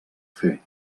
fer